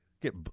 get